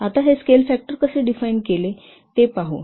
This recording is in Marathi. आता हे स्केल फॅक्टर कसे डिफाइन केले ते पाहू